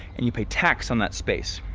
and you pay tax on that space.